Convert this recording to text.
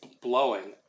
blowing